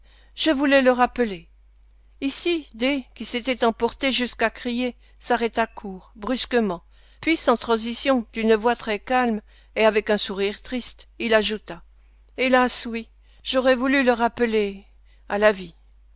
je voulais le rappeler ici d qui s'était emporté jusqu'à crier s'arrêta court brusquement puis sans transition d'une voix très calme et avec un sourire triste il ajouta hélas oui j'aurais voulu le rappeler à la vie